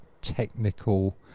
technical